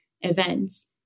events